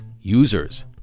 users